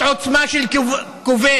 זאת עוצמה של כובש.